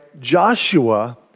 Joshua